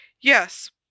Yes